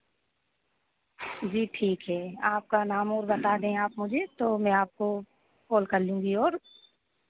जी ठीक है आपका नाम और बता दें आप मुझे तो मैं आपको कॉल कर लूँगी और